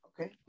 okay